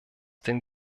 den